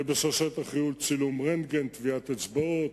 בשרשרת החיול, צילום רנטגן, טביעת אצבעות,